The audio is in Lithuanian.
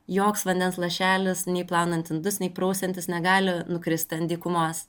joks vandens lašelis nei plaunant indus nei prausiantis negali nukrist ant dykumos